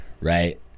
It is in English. right